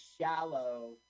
shallow